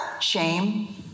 Shame